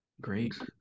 Great